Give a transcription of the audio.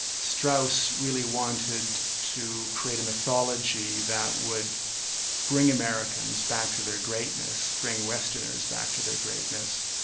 strauss really wanted to create a mythology that would bring americans back to their greatness, bring westerners back to their greatness.